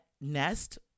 nest